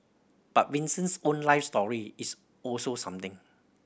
but Vincent's own life story is also something